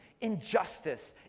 injustice